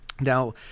Now